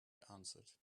answered